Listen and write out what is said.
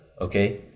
okay